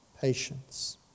patience